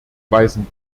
weisen